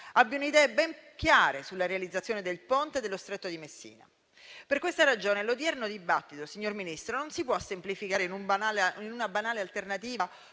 abbiano idee ben chiare sulla realizzazione del Ponte sullo Stretto di Messina. Per questa ragione l'odierno dibattito non si può semplificare in una banale alternativa